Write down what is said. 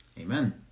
Amen